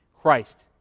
Christ